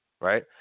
right